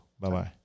Bye-bye